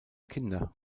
kinder